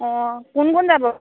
অঁ কোন কোন যাব